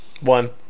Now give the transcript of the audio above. One